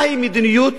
מהי מדיניות